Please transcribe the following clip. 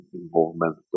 involvement